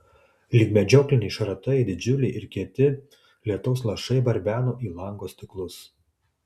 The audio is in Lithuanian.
lyg medžiokliniai šratai didžiuliai ir kieti lietaus lašai barbeno į lango stiklus